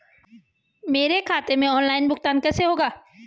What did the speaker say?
मेरे खाते में ऑनलाइन भुगतान कैसे होगा?